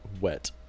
Wet